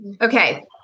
Okay